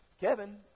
Kevin